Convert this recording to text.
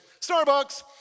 Starbucks